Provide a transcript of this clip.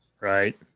Right